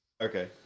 Okay